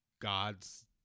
God's